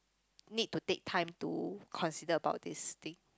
need to take time to consider about this thing